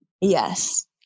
Yes